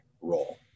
role